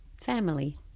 Family